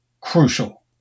crucial